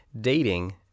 dating